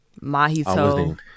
Mahito